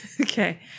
Okay